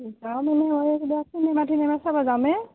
যাম মানে কিবা চিনেমা তিনেমা চাব যাম এ